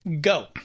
Go